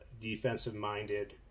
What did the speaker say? Defensive-minded